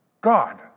God